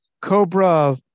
Cobra